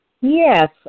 Yes